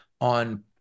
on